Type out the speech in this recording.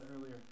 earlier